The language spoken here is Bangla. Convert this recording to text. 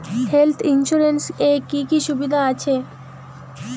হেলথ ইন্সুরেন্স এ কি কি সুবিধা আছে?